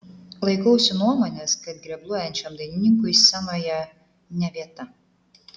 laikausi nuomonės kad grebluojančiam dainininkui scenoje ne vieta